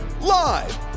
Live